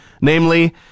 Namely